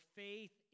faith